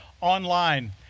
online